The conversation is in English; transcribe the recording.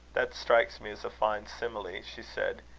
that strikes me as a fine simile, she said.